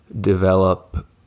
develop